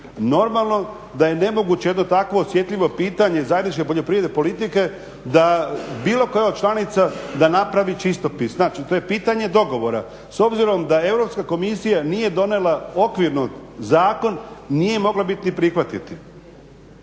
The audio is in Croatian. Normalno da je nemoguće jedno takvo osjetljivo pitanje zajedničke poljoprivredne politike da bilo koja od članica da napravi čistopis. Znači to je pitanje dogovora. S obzirom da Europska komisija nije donijela okvirno zakon nije mogla bit ni prihvatiti.